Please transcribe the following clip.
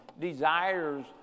Desires